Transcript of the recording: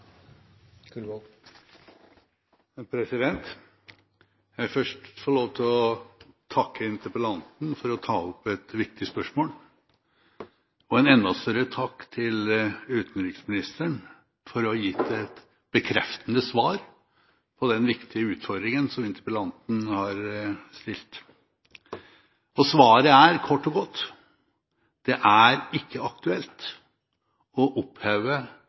Jeg vil først få lov til å takke interpellanten for å ta opp et viktig spørsmål, og en enda større takk til utenriksministeren for å ha gitt et bekreftende svar på den viktige utfordringen som interpellanten har stilt. Svaret er kort og godt: Det er ikke aktuelt å oppheve